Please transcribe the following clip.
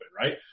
right